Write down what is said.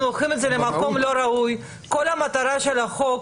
זו לא מטרת החוק.